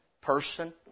person